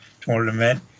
tournament